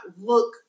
look